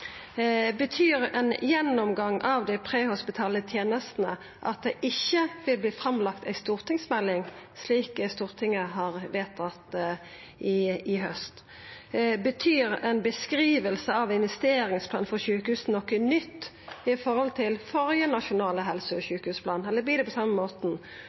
Betyr ein gjennomgang av dei prehospitale tenestene at det ikkje vil verta lagt fram ei stortingsmelding, slik Stortinget har vedtatt i haust? Betyr ei beskriving av investeringsplanen for sjukehusa noko nytt i forhold til førre nasjonale helse- og sjukehusplan, eller vert det på same måten?